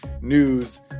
news